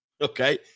Okay